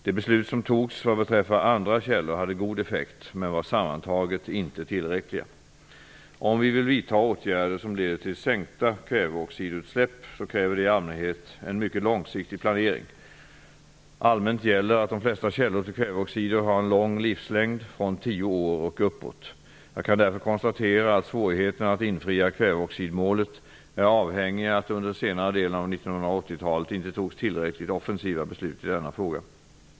De beslut som fattades vad beträffar andra källor hade god effekt, men var sammantaget inte tillräckliga. Om vi vill vidta åtgärder som leder till sänkta kväveoxidutsläpp kräver det i allmänhet en mycket långsiktig planering. Allmänt gäller att de flesta källor till kväveoxider har en lång livslängd, från tio år och uppåt. Jag kan därför konstatera att svårigheterna att infria kväveoxidmålet är avhängiga att det under den senare delen av 1980 talet inte fattades tillräckligt offensiva beslut i denna fråga.